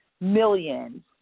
millions